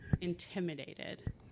intimidated